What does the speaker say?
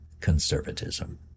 conservatism